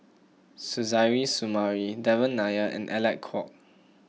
Suzairhe Sumari Devan Nair and Alec Kuok